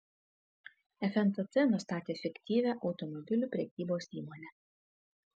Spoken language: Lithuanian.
fntt nustatė fiktyvią automobilių prekybos įmonę